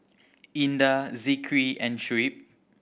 Indah Zikri and Shuib